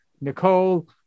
nicole